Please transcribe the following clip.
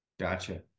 Gotcha